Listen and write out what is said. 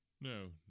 No